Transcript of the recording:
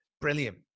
brilliant